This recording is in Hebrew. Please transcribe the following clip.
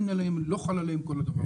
לא חל עליהם הדבר הזה.